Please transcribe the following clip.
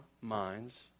minds